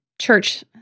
church